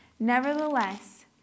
Nevertheless